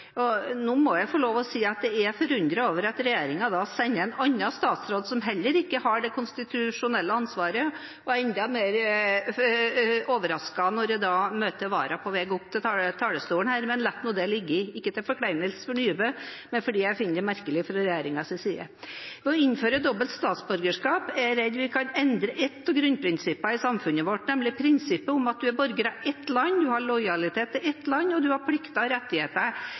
Nå må jeg få lov til å si at jeg er forundret over at regjeringen da sender en annen statsråd som heller ikke har det konstitusjonelle ansvaret, og jeg blir enda mer overrasket når jeg da møter Vara på vei opp til talerstolen her. Men la nå det ligge. Det er ikke til forkleinelse for Nybø, men jeg finner det merkelig fra regjeringens side. Ved å innføre dobbelt statsborgerskap er jeg redd vi kan endre et av grunnprinsippene i samfunnet vårt, nemlig prinsippet om at man er borger av ett land, man har lojalitet til ett land, og man har plikter og rettigheter